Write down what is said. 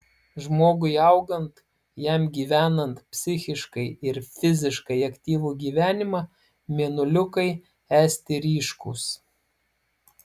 žmogui augant jam gyvenant psichiškai ir fiziškai aktyvų gyvenimą mėnuliukai esti ryškūs